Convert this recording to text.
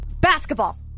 basketball